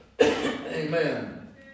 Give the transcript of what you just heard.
Amen